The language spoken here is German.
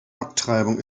abtreibung